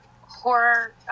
horror